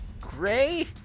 gray